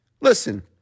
Listen